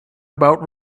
about